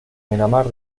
miramar